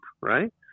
Right